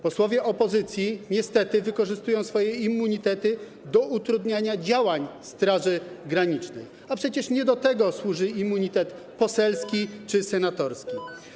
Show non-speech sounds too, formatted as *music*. Posłowie opozycji niestety wykorzystują swoje immunitety do utrudniania działań Straży Granicznej, a przecież nie do tego służy immunitet poselski *noise* czy senatorski.